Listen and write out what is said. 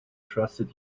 trusted